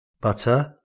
butter